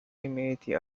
community